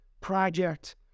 project